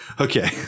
Okay